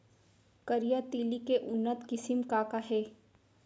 करिया तिलि के उन्नत किसिम का का हे?